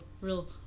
real